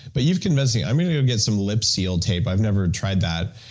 but you've convinced me. i'm gonna go get some lipseal tape. i've never tried that,